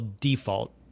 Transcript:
default